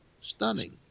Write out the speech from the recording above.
Stunning